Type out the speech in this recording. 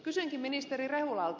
kysynkin ministeri rehulalta